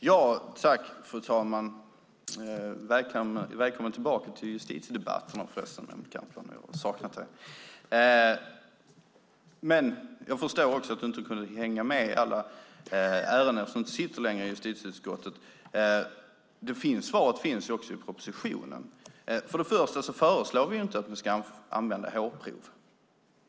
Fru talman! Jag hälsar Mehmet Kaplan välkommen tillbaka till justitiedebatterna om han har saknat dem. Men jag förstår att han inte kan hänga med i alla ärenden eftersom han inte längre sitter i justitieutskottet. Svaret finns också i propositionen. Först och främst föreslår vi inte att man ska använda hårprov.